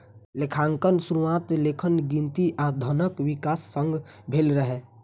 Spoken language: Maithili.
लेखांकनक शुरुआत लेखन, गिनती आ धनक विकास संग भेल रहै